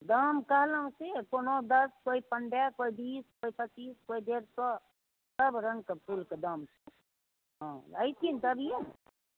दाम कहलहुँ कि कोनो दश कोइ पंद्रह कोइ बीस कोइ पचीस कोइ डेढ़ स सब रङ्गके फूलके दाम छै हँ ऐथीन तभिए ने